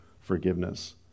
forgiveness